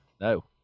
No